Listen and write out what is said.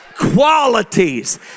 qualities